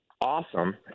awesome